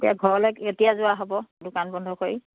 এতিয়া ঘৰলৈ কেতিয়া যোৱা হ'ব দোকান বন্ধ কৰি